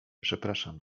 przepraszam